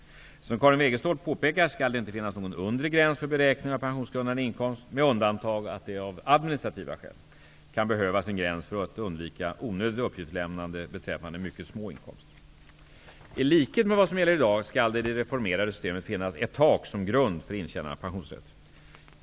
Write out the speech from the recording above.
Som Karin Wegestål påpekar skall det inte finnas någon undre gräns för beräkningen av pensionsgrundande inkomst, med undantag av att det av administrativa skäl kan behövas en gräns för att undvika onödigt uppgiftslämnande beträffande mycket små inkomster. I likhet med vad som gäller i dag skall det i det reformerade systemet finnas ett tak som grund för intjänande av pensionsrätt.